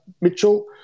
Mitchell